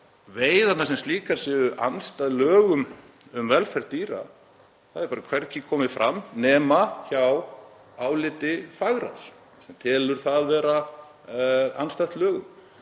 veiðarnar sem slíkar séu andstæðar lögum um velferð dýra — það hefur bara hvergi komið fram nema hjá áliti fagráðs sem telur það vera andstætt lögum.